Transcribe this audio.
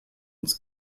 ins